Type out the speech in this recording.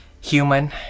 human